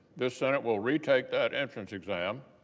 the senate will retake that entrance exam.